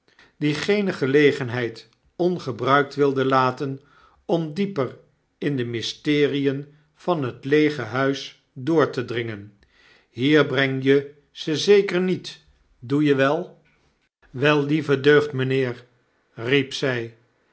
die geene gelegenheid ongebruikt wilde laten om dieper in de mysterien van het leege huis door te dringen hier breng je ze zeker niet doe ie wel tkottle's gevaarlijke expeditie wel lieve deugd mynheer riep zy